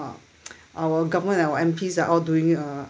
our government and our M_Ps are all doing a